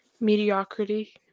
mediocrity